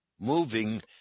moving